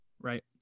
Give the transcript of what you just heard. right